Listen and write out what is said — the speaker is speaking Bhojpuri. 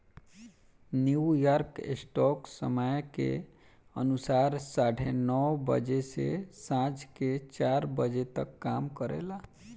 न्यूयॉर्क स्टॉक समय के अनुसार साढ़े नौ बजे से सांझ के चार बजे तक काम करेला